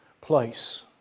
place